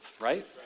right